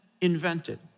invented